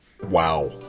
Wow